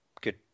good